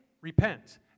Repent